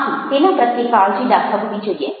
આથી તેના પ્રત્યે કાળજી દાખવવી જોઈએ